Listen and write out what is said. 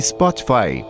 Spotify